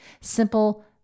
Simple